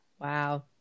wow